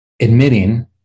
admitting